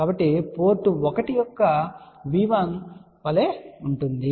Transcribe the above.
కాబట్టి పోర్ట్ 1 యొక్క V1 వలే ఉంటుంది